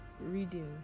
reading